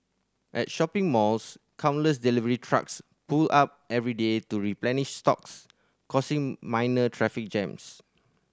at shopping malls countless delivery trucks pull up every day to replenish stocks causing minor traffic jams